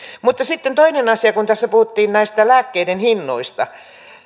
mutta sitten toinen asia kun tässä puhuttiin näistä lääkkeiden hinnoista